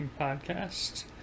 Podcast